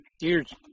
Years